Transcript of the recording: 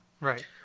Right